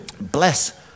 bless